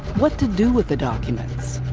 what to do with the documents?